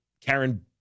Karen